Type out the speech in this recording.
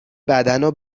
بدنو